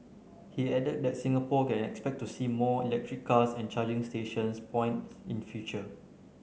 he added that Singapore can expect to see more electric cars and charging stations points in future